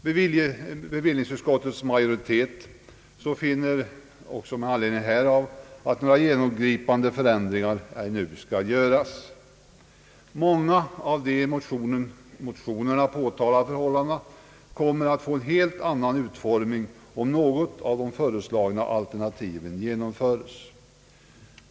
<:Bevillningsutskottets majoritet finner också med anledning härav att några genomgripande förändringar ej nu skall göras. Många av de i motionerna påtalade förhållandena kommer att ändras helt om något av de föreslagna alternativen genomförs.